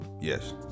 Yes